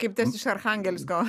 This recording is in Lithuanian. kaip tas iš archangelsko